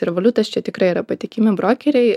revoliutas čia tikrai yra patikimi brokeriai